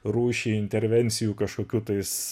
rūšį intervencijų kažkokių tais